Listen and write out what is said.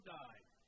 died